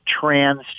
trans